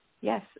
yes